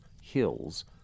hills